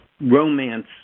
romance